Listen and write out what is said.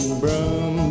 broom